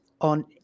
on